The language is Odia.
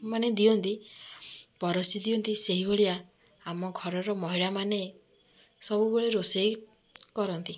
ମାନେ ଦିଅନ୍ତି ପରଷି ଦିଅନ୍ତି ସେହିଭଳିଆ ଆମ ଘରର ମହିଳାମାନେ ସବୁବେଳେ ରୋଷେଇ କରନ୍ତି